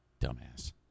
Dumbass